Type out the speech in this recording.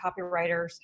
copywriters